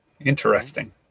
interesting